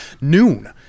noon